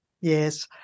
Yes